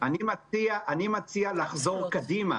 אני מציע לחזור קדימה